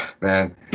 man